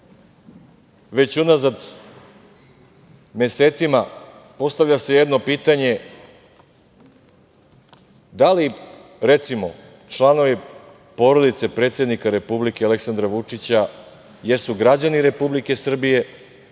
već unazad mesecima, postavlja se jedno pitanje – da li, recimo, članovi porodice predsednika Republike Aleksandra Vučića jesu građani Republike Srbije